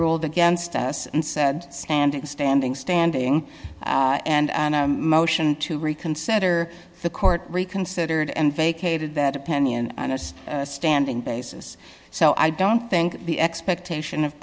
ruled against us and said standing standing standing and motion to reconsider the court reconsidered and vacated that opinion and it's standing basis so i don't think the expectation of